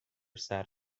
sat